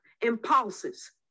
impulses